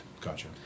Gotcha